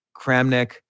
Kramnik